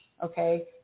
Okay